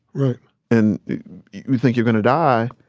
right and you think you're going to die,